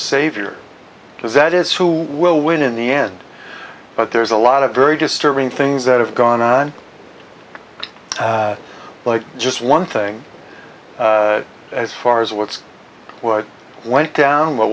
savior because that is who will win in the end but there's a lot of very disturbing things that have gone on like just one thing as far as what's what went down what